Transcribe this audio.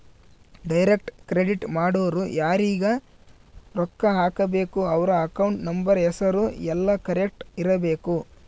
direct credit ಮಾಡೊರು ಯಾರೀಗ ರೊಕ್ಕ ಹಾಕಬೇಕು ಅವ್ರ ಅಕೌಂಟ್ ನಂಬರ್ ಹೆಸರು ಯೆಲ್ಲ ಕರೆಕ್ಟ್ ಇರಬೇಕು